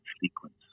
sequence